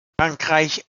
frankreich